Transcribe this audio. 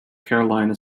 carolina